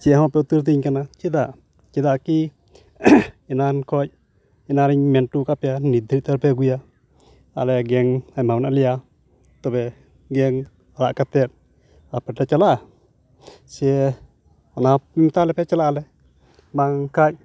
ᱪᱮᱫ ᱦᱚᱸ ᱵᱟᱯᱮ ᱩᱛᱛᱚᱨ ᱟᱹᱛᱤᱧ ᱠᱟᱱᱟ ᱪᱮᱫᱟᱜ ᱪᱮᱫᱟᱜ ᱠᱤ ᱮᱱᱟᱱ ᱠᱷᱚᱱ ᱮᱱᱟᱱ ᱨᱮᱧ ᱢᱮᱱ ᱚᱴᱚ ᱟᱠᱟᱫ ᱯᱮᱭᱟ ᱱᱤᱛ ᱫᱷᱟᱹᱨᱤᱡ ᱛᱮ ᱟᱹᱣᱨᱤ ᱯᱮ ᱟᱹᱜᱩᱭᱟ ᱟᱞᱮ ᱜᱮᱝ ᱟᱭᱢᱟ ᱢᱮᱱᱟᱜ ᱞᱮᱭᱟ ᱛᱚᱵᱮ ᱜᱮᱝ ᱟᱲᱟᱜ ᱠᱟᱛᱮᱫ ᱟᱯᱮᱯᱮ ᱪᱟᱞᱟᱜᱼᱟ ᱥᱮ ᱚᱱᱟ ᱦᱚᱸ ᱢᱮᱛᱟᱞᱮᱯᱮ ᱪᱟᱞᱟᱜᱼᱟᱞᱮ ᱵᱟᱝ ᱠᱷᱟᱱ